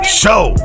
show